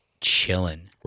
chilling